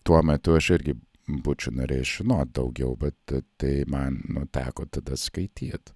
tuo metu aš irgi būčiau norėjęs žinot daugiau bet t tai man nu teko tada skaityt